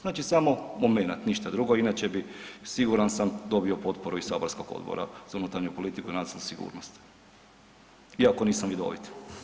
Znači samo momenat ništa drugo, inače bi siguran sam dobio potporu i Saborskog odbora za unutarnju politiku i nacionalnu sigurnost iako nisam vidovit.